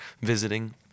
visiting